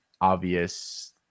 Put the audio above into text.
obvious